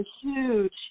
huge